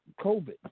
COVID